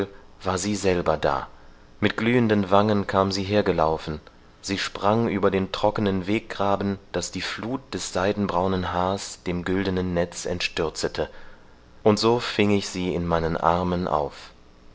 war sie selber da mit glühenden wangen kam sie hergelaufen sie sprang über den trocknen weggraben daß die fluth des seidenbraunen haars dem güldnen netz entstürzete und so fing ich sie in meinen armen auf